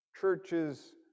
Churches